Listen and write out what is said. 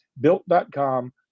Built.com